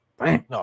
No